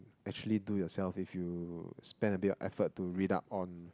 actually do yourself if you spend a bit of effort to read up on